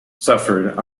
suffered